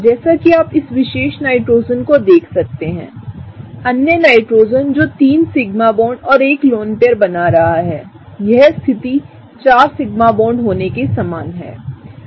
जैसा कि आप इस विशेष नाइट्रोजन को देख सकते हैं अन्य नाइट्रोजन जो 3 सिग्मा बॉन्ड और एक लोन पेयर बना रहा है यह स्थिति 4 सिग्मा बॉन्ड होने के समान है